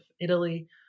Italy